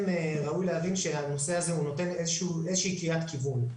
ראוי להבין שהנושא הזה נותן איזה שהיא קריאת כיוון.